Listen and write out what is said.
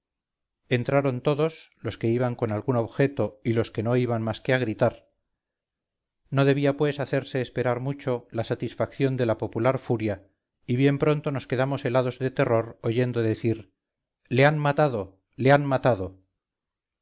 entraron todos los que iban con algún objeto y los que no iban más que a gritar no debía pues hacerse esperar mucho la satisfacción de la popular furia y bien pronto nos quedamos helados de terror oyendo decir le han matado ya le han matado